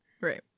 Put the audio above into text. Right